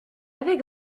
avait